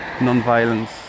non-violence